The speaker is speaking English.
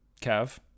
Kev